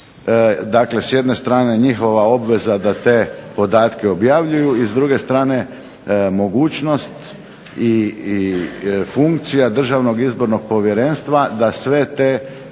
Dakle, s jedne strane njihova obveza da te podatke objavljuju i s druge strane mogućnost i funkcija Državnog izbornog povjerenstva da sve te tijekove